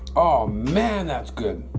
oh man that's good